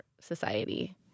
society